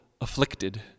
afflicted